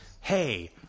hey